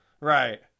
right